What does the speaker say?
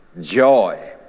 joy